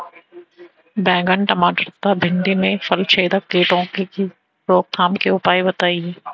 बैंगन टमाटर तथा भिन्डी में फलछेदक कीटों की रोकथाम के उपाय बताइए?